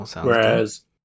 whereas